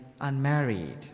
unmarried